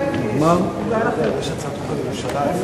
הרווחה והבריאות